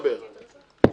בבקשה.